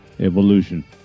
evolution